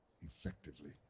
effectively